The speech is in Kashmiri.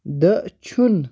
دٔچھُن